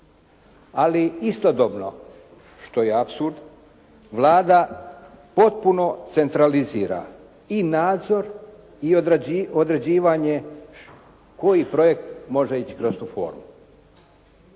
Ali istodobno, što je apsurd, Vlada potpuno centralizira i nadzor i određivanje koji projekt može ići kroz tu formu.